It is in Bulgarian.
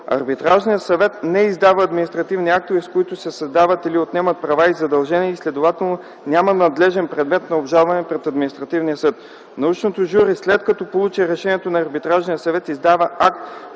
Арбитражният съвет не издава административни актове, с които се създават или отнемат права и задължения, следователно няма надлежен предмет на обжалване пред Административния съд. Научното жури, след като получи решението на Арбитражния съвет, издава акт,